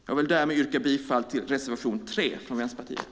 Jag vill därmed yrka bifall till reservation 3 från Vänsterpartiet.